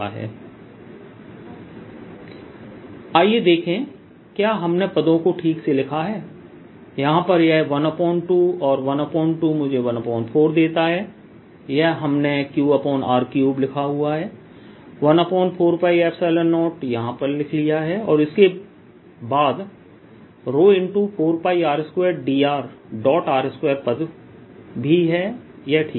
E12rdV14π03Q2R 12Qr2R312Q4π03Q2R 14 QR314π00Rρ4πr2drr2 आइए देखें कि क्या हमने पदों को ठीक से लिखा है यहां पर यह 12 और 12 मुझे 14 देता है यह हमने QR3लिखा हुआ है 14π0 यहां पर लिख लिया है और फिर इसके बाद ρ4πr2drr2 पद भी यह ठीक है